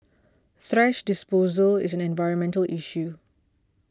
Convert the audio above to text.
thrash disposal is an environmental issue